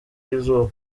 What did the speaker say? y’izuba